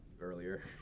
earlier